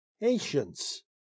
patience